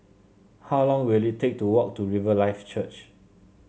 how long will it take to walk to Riverlife Church